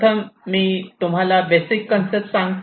प्रथम मी तुम्हाला बेसिक कन्सेप्ट सांगतो